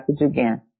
again